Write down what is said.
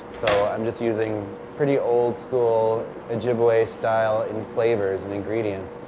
so i'm just using pretty old school ojibwe style in flavors and ingredients.